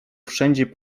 wszędzie